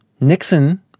Nixon